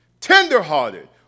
Tenderhearted